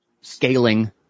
scaling